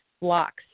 blocks